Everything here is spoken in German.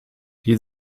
die